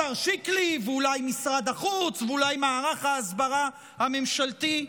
השר שיקלי ואולי משרד החוץ ואולי מערך ההסברה הממשלתי.